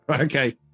Okay